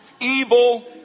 evil